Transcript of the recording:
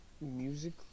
music